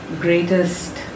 greatest